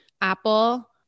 apple